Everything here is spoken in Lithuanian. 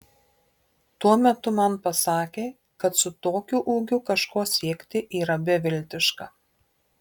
tuo metu man pasakė kad su tokiu ūgiu kažko siekti yra beviltiška